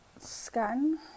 scan